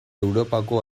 europako